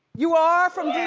you are from d